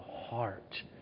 heart